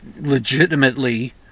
legitimately